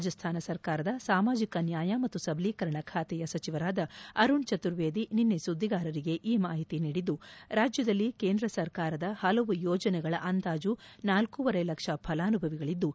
ರಾಜಸ್ಥಾನ ಸರ್ಕಾರದ ಸಾಮಾಜಿಕ ನ್ಯಾಯ ಮತ್ತು ಸಬಲೀಕರಣ ಖಾತೆಯ ಸಚಿವರಾದ ಅರುಣ್ ಚತುರ್ವೇದಿ ನಿನ್ನ ಸುದ್ದಿಗಾರರಿಗೆ ಈ ಮಾಹಿತಿ ನೀಡಿದ್ದು ರಾಜ್ಯದಲ್ಲಿ ಕೇಂದ್ರ ಸರ್ಕಾರದ ಪಲವು ಯೋಜನೆಗಳ ಅಂದಾಜು ನಾಲ್ಡೂವರೆ ಲಕ್ಷ ಫಲಾನುಭವಿಗಳಿದ್ದು